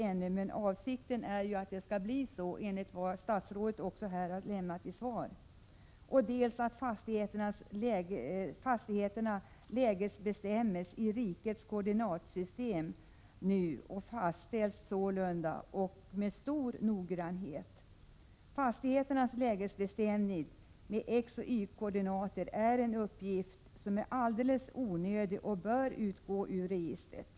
Det är visserligen ännu inte genomfört, men bl.a. enligt vad statsrådet nämnt här i sitt svar är avsikten att så skall ske. För det tredje fastställs lägesbestämningen av fastigheterna nu med stor noggrannhet i rikets koordinatsystem. Uppgifterna om fastigheternas lägesbestämningar med xoch y-koordinater är helt onödiga och bör utgå ur registret.